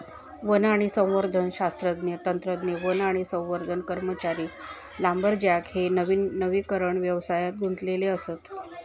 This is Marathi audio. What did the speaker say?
वन आणि संवर्धन शास्त्रज्ञ, तंत्रज्ञ, वन आणि संवर्धन कर्मचारी, लांबरजॅक हे वनीकरण व्यवसायात गुंतलेले असत